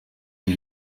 iki